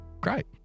Great